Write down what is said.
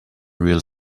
real